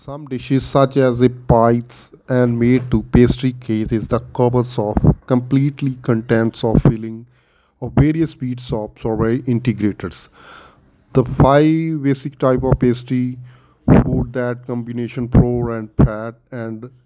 sum dishes such as a pies and made to pastry cake is the composed of completely contents of filling ਸਵੀਸ of sorts ingredients the five basic type of pastry food that combination flour and fat and